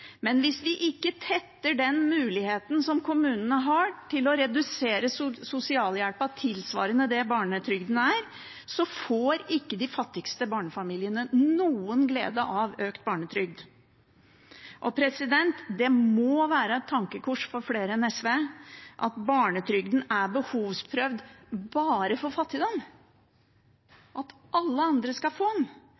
Men hvis vi ikke tetter den muligheten som kommunene har til å redusere sosialhjelpen tilsvarende det barnetrygden er, får ikke de fattigste barnefamiliene noen glede av økt barnetrygd. Og det må være et tankekors for flere enn SV at barnetrygden er behovsprøvd bare for fattigdom